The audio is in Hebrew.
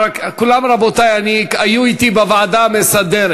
רבותי, כולם היו אתי בוועדה המסדרת.